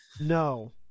No